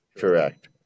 Correct